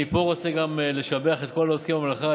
אני פה רוצה גם לשבח את כל העוסקים במלאכה,